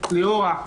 ליאורה.